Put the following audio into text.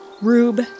Rube